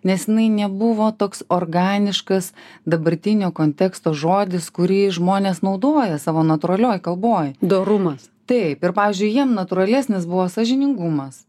nes jinai nebuvo toks organiškas dabartinio konteksto žodis kurį žmonės naudoja savo natūralioj kalboj dorumas taip ir pavyzdžiui jiem natūralesnis buvo sąžiningumas